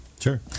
Sure